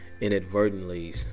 inadvertently